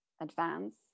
advance